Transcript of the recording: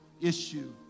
issue